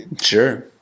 Sure